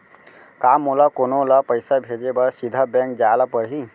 का मोला कोनो ल पइसा भेजे बर सीधा बैंक जाय ला परही?